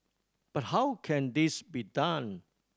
but how can this be done